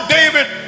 David